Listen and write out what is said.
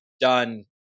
done